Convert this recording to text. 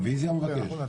רביזיה הוא מבקש?